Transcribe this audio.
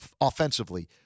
offensively